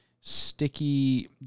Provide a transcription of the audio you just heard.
sticky